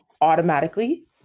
automatically